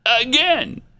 again